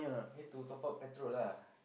need to top up petrol lah